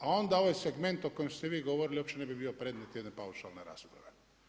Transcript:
A onda ovaj segment o kojem ste vi govorili uopće ne bi bio predmet jedne paušalne rasprave.